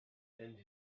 and